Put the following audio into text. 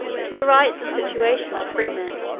to the rights and situation of freemen,